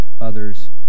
others